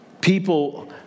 people